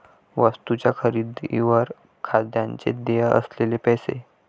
वस्तूंच्या खरेदीवर कायद्याने देय असलेले पैसे